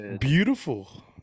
beautiful